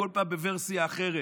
כל פעם בוורסיה אחרת,